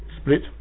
Split